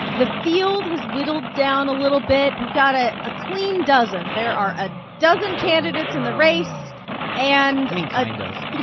the field has whittled down a little bit. we've got ah a clean dozen. there are a dozen candidates in the race and. i mean, kind of